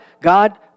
god